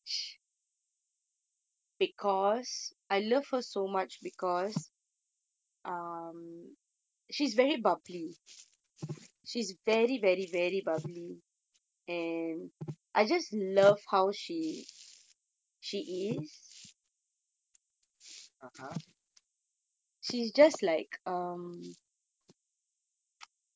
(uh huh)